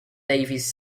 davis